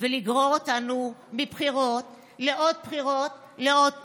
ולגרור אותנו מבחירות לעוד בחירות ולעוד בחירות?